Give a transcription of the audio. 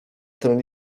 ten